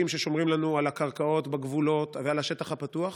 ששומרים לנו על הקרקעות בגבולות ועל השטח הפתוח,